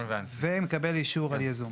ומקבל אישור על ייזום.